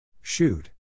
Shoot